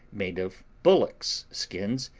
made of bullocks' skins,